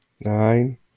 nine